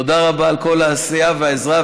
תודה רבה על כל העשייה והעזרה,